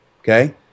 okay